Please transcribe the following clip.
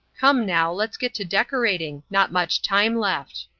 come, now, let's get to decorating not much time left.